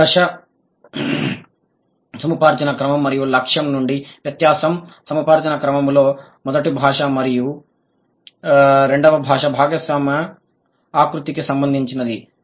మధ్య దశ సముపార్జన క్రమం మరియు లక్ష్యం నుండి వ్యత్యాసం సముపార్జన క్రమంలో మొదటి భాష మరియు రెండవ భాష భాగస్వామ్య ఆకృతికి సంబంధించినది